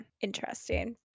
interesting